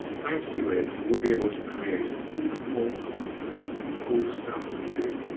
thanks to it we'll be able to create even more content cool stuff for you.